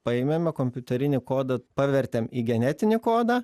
paėmėme kompiuterinį kodą pavertėm į genetinį kodą